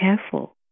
careful